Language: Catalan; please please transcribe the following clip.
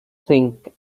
cinc